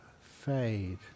fade